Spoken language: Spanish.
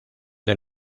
del